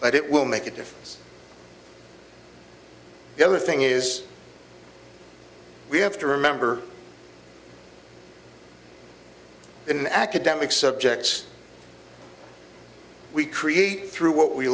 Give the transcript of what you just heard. but it will make a difference the other thing is we have to remember in academic subjects we create through what we